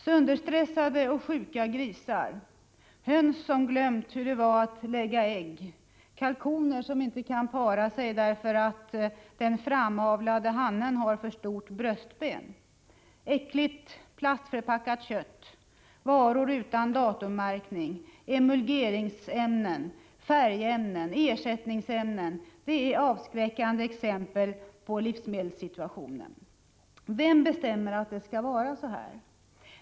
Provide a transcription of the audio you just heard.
Sönderstressade och sjuka grisar, höns som glömt hur det var att lägga ägg, kalkoner som inte kan para sig därför att den framavlade hannen har för stort bröstben, äckligt plastförpackat kött, varor utan datummärkning, emulgeringsmedel, färgämnen och ersättningsämnen — det är avskräckande exempel på livsmedelssituationen. Vem bestämmer att det skall vara så här?